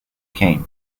came